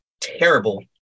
terrible